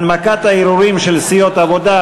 הנמקת הערעורים של סיעות העבודה,